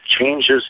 changes